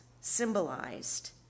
symbolized